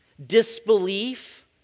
disbelief